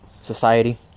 society